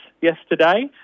yesterday